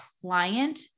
client